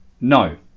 no